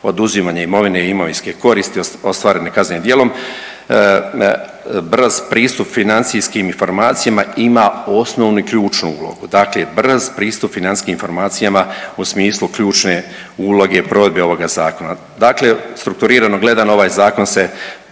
oduzimanje imovine i imovinske koristi ostvarene kaznenim djelom, brz pristup financijskim informacijama ima osnovnu ključnu ulogu. Dakle brz pristup financijskim informacijama u smislu ključne uloge provedbe ovoga Zakona. Dakle, strukturirano gledano, ovaj Zakon se,